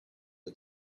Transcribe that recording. are